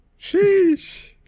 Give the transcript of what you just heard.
Sheesh